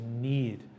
need